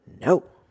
No